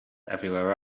everywhere